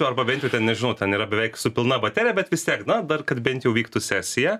arba bent jau ten nežinau ten yra beveik su pilna baterija bet vis tiek na dar kad bent jau vyktų sesija